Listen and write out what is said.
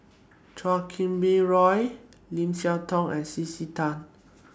Chan Kum Wah Roy Lim Siah Tong and C C Tan